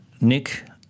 Nick